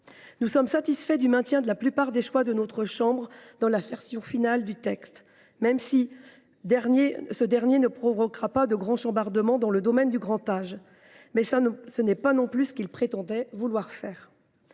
Nous sommes satisfaits du maintien de la plupart des choix de notre chambre dans la version finale du texte, même si ce dernier ne provoquera pas de grand chambardement dans le domaine du grand âge – telle n’était pas non plus sa prétention. Pour ma